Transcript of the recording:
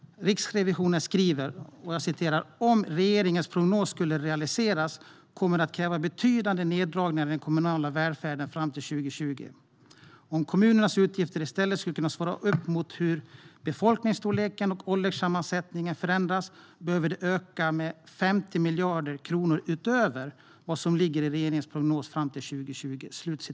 Riksrevisionen skriver: "Om regeringens prognos skulle realiseras kommer det att kräva betydande neddragningar i den kommunala välfärden fram till 2020. Om kommunernas utgifter i stället ska kunna svara mot hur befolkningsstorleken och ålderssammansättningen förändras behöver de öka med 50 miljarder kronor utöver vad som ligger i regeringens prognos fram till 2020."